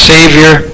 Savior